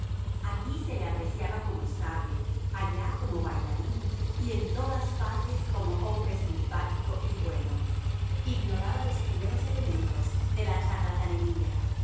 aquí se le apreciaba como sabio allá como bailarín y en todas partes como hombre simpático y bueno ignoraba los primeros elementos de la charlatanería